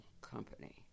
Company